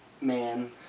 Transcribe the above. man